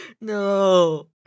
no